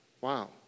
Wow